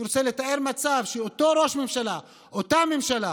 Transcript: אני רוצה לתאר מצב שאותו ראש ממשלה, אותה ממשלה